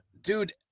Dude